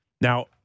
Now